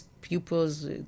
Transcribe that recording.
pupils